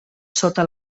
sota